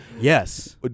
Yes